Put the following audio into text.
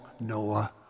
Noah